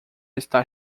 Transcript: está